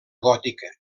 gòtica